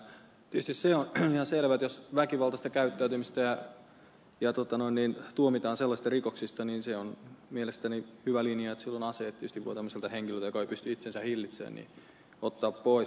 tietysti se on ihan selvä että jos on väkivaltaista käyttäytymistä ja tuomitaan sellaisista rikoksista niin se on mielestäni hyvä linja että silloin aseet tietysti voi tämmöiseltä henkilöltä joka ei pysty itseänsä hillitsemään ottaa pois